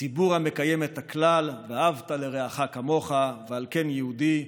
ציבור המקיים את הכלל "ואהבת לרעך כמוך" ועל כן יהודי.